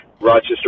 Rochester